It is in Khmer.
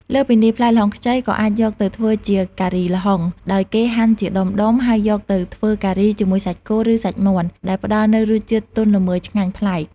លើសពីនេះ ផ្លែល្ហុងខ្ចីក៏អាចយកទៅធ្វើជា ការីល្ហុង ដោយគេហាន់ជាដុំៗ ហើយយកទៅធ្វើការីជាមួយសាច់គោ ឬសាច់មាន់ ដែលផ្តល់នូវរសជាតិទន់ល្មើយឆ្ងាញ់ប្លែក។